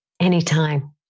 anytime